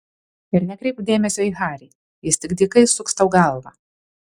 ir nekreipk dėmesio į harį jis tik dykai suks tau galvą